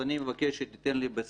אני מבקש שתיתן לי בסוף